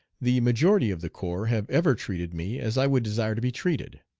the majority of the corps have ever treated me as i would desire to be treated.